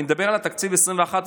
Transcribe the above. אני מדבר על תקציב 2022-2021,